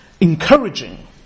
Encouraging